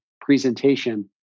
presentation